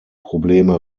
probleme